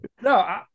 No